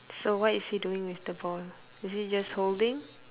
so what is he doing with the ball is he just holding